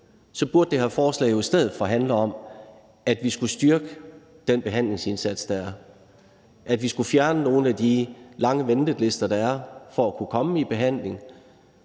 så burde det her forslag jo i stedet for handle om, at vi skulle styrke den behandlingsindsats, der er, at vi skulle fjerne nogle af de lange ventelister, der er for at kunne komme i behandling,